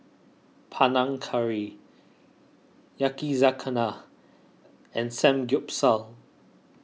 Panang Curry Yakizakana and Samgyeopsal